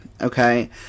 Okay